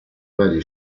varie